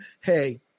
hey